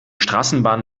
straßenbahn